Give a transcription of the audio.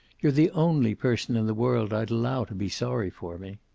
you're the only person in the world i'd allow to be sorry for me.